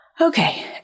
Okay